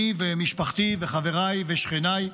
אני ומשפחתי וחבריי ושכניי